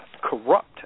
corrupt